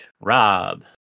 Rob